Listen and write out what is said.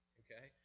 okay